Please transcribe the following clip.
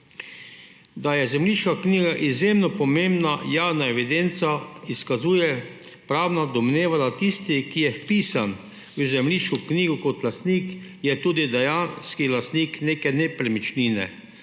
Da je zemljiška knjiga izjemno pomembna javna evidenca, izkazuje pravna domneva, da je tisti, ki je vpisan v zemljiško knjigo kot lastnik, tudi dejanski lastnik neke nepremičnine.